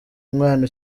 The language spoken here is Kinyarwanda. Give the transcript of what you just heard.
umwana